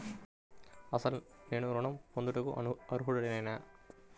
అసలు నేను ఋణం పొందుటకు అర్హుడనేన?